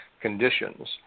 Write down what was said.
conditions